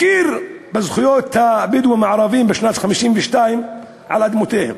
הכיר בשנת 1952 בזכויות הבדואים הערבים על אדמותיהם.